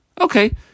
Okay